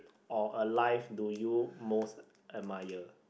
or alive do you most admire